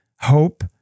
hope